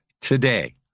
today